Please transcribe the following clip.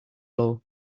low